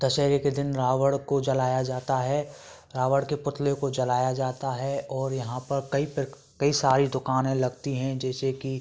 दशहरे के दिन रावड़ को जलाया जाता है रावण के पुतले को जलाया जाता है और यहाँ पर कई प्र कई सारी दुकाने लगती हैं जैसे कि